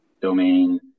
domain